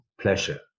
pleasure